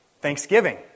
thanksgiving